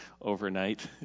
overnight